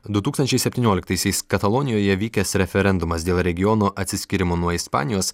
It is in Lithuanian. du tūkstančiai septynioliktaisiais katalonijoje vykęs referendumas dėl regiono atsiskyrimo nuo ispanijos